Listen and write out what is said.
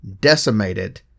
decimated